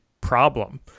problem